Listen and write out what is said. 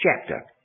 chapter